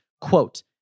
Quote